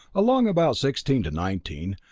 along about sixteen to nineteen,